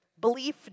Belief